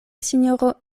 sinjoro